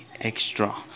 extra